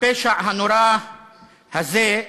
הפשע הנורא הזה,